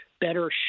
better